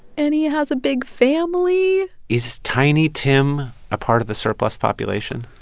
and he has a big family is tiny tim a part of the surplus population?